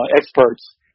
experts